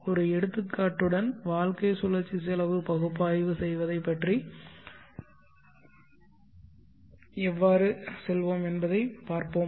ஒரு எடுத்துக்காட்டுடன் வாழ்க்கைச் சுழற்சி செலவு பகுப்பாய்வு செய்வதைப் பற்றி நாம் எவ்வாறு செல்வோம் என்பதையும் பார்ப்போம்